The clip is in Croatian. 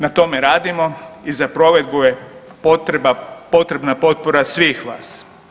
Na tome radimo i za provedbu je potrebna potpora svih vas.